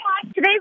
Today